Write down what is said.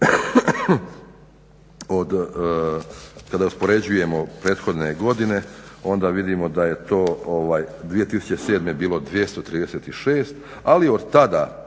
kada uspoređujemo prethodne godine onda vidimo da je to 2007. bilo 236 ali otada,